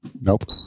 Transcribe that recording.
Nope